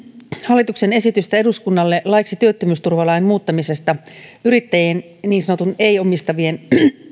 hallituksen esitystä eduskunnalle laiksi työttömyysturvalain muuttamisesta yrittäjien niin sanottujen ei omistavien